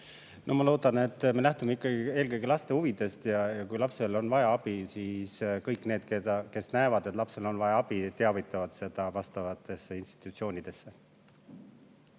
on? Ma loodan, et me lähtume ikkagi eelkõige laste huvidest. Kui lapsel on vaja abi, siis kõik need, kes näevad, et tal on vaja abi, teatavad sellest vastavatesse institutsioonidesse.